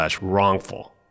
wrongful